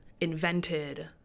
invented